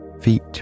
feet